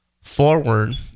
forward